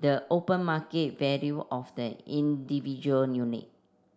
the open market value of the individual unit